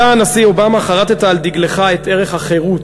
אתה, הנשיא אובמה, חרתת על דגליך את ערך החירות.